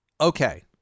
okay